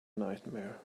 nightmare